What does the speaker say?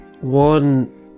one